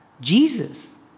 Jesus